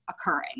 occurring